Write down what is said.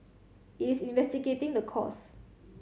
it's investigating the cause